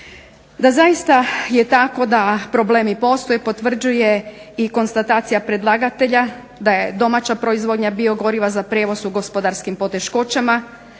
Da zaista je tako da problem postoji potvrđuje i konstatacija predlagatelja da je domaća proizvodnja biogoriva za prijevoz u gospodarskim poteškoćama,